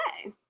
okay